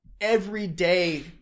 everyday